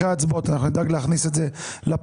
אחרי ההצבעות אנחנו נדאג להכניס את זה לפרוטוקול.